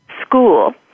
school